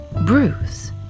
Bruce